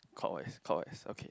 clockwise clockwise okay